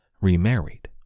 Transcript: remarried